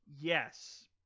Yes